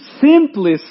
simply